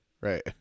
Right